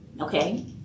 okay